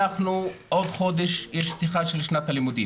בעוד חודש תהיה פתיחת שנת הלימודים